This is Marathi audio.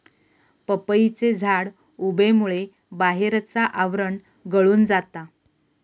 पपईचे झाड उबेमुळे बाहेरचा आवरण गळून जाता